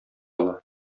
ала